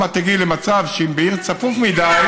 עוד מעט תגיעי למצב שאם בעיר צפוף מדי,